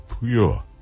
pure